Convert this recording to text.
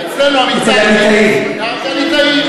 אצל הליטאים.